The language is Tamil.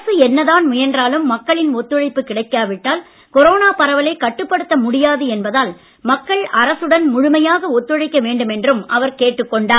அரசு என்னதான் முயன்றாலும் மக்களின் ஒத்துழைப்பு கிடைக்காவிட்டால் கொரோனா பரவலை கட்டுப்படுத்த முடியாது என்பதால் மக்கள் அரசுடன் முழுமையாக ஒத்துழைக்க வேண்டுமென்றும் அவர் கேட்டுக் கொண்டார்